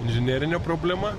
inžinerinė problema